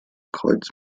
kreuz